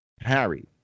Harry